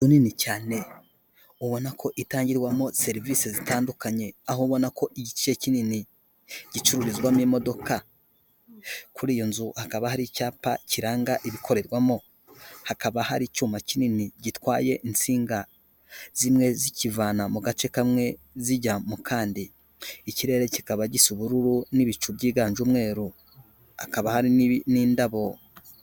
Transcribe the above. Inzu nini cyane ubona ko itangirwamo serivisi zitandukanye, aho ubona ko igice kinini gicururizwamo imodoka, kuri iyo nzu hakaba hari icyapa kiranga ibikorerwamo, hakaba hari icyuma kinini gitwaye insinga, zimwe zikivana mu gace kamwe zijya mu kandi, ikirere kikaba gisa ubururu n'ibicu byiganje umweru, hakaba hari n'indabo.